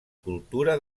cultura